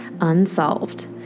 Unsolved